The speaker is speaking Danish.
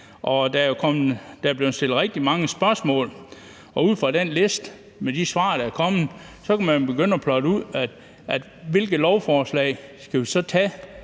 Der er blevet stillet rigtig mange spørgsmål, og ud fra den liste af svar, der er kommet, kan man begynde at krydse af, hvilke lovforslag man så skal tage